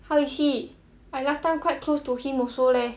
how is he I last time quite close to him also leh